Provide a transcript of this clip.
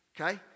Okay